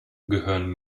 gehören